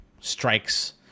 strikes